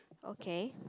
okay